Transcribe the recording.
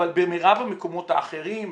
אבל במירב המקומות האחרים,